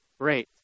great